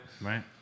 Right